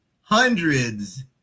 hundreds